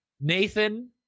Nathan